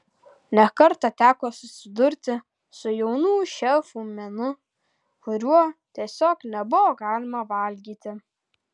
ne kartą teko susidurti su jaunų šefų menu kurio tiesiog nebuvo galima valgyti